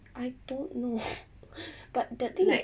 I don't know but that thing is